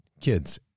kids